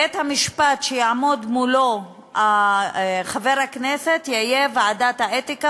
בית-המשפט שחבר הכנסת יעמוד מולו יהיה ועדת האתיקה,